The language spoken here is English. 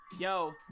Yo